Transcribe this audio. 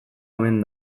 omen